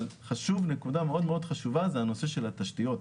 אבל נקודה מאוד חשובה זה הנושא של התשתיות.